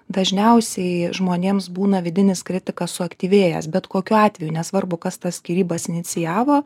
dažniausiai žmonėms būna vidinis kritikas suaktyvėjęs bet kokiu atveju nesvarbu kas tas skyrybas inicijavo